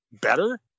better